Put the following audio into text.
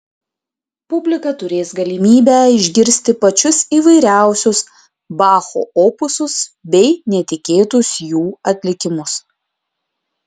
publika turės galimybę išgirsti pačius įvairiausius bacho opusus bei netikėtus jų atlikimus